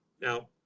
Now